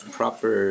proper